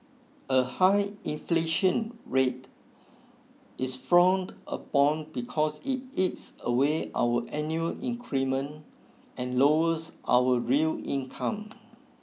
a high inflation rate is frowned upon because it eats away our annual increment and lowers our real income